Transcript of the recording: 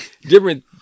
different